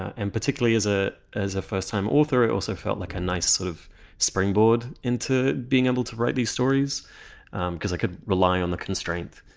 and particularly, as ah as a first time author, it also felt like a nice sort of springboard into being able to write these stories because i couldn't rely on the constraint.